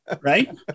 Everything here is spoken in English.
right